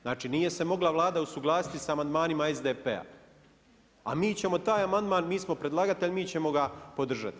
Znači nije se mogla Vlada usuglasiti sa amandmanima SDP-a a mi ćemo taj amandman, mi smo predlagatelji, mi ćemo ga podržati.